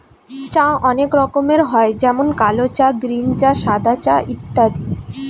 চা অনেক রকমের হয় যেমন কালো চা, গ্রীন চা, সাদা চা ইত্যাদি